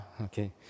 Okay